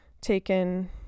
taken